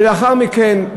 ולאחר מכן,